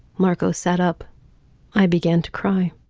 marco set up i began to cry